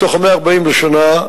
מתוך 140 המיליון לשנה,